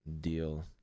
deal